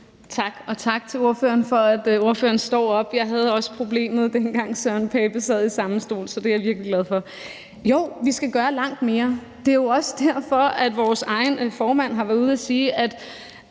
Tak, og tak til ordføreren for, at ordføreren står op. Jeg havde også problemet, dengang Søren Pape Poulsen sad i samme stol, så det er jeg virkelig glad for. Jo, vi skal gøre langt mere. Det er jo også derfor, vores egen formand har været ude at sige, at